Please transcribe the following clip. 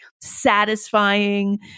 satisfying